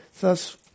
Thus